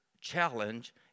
challenge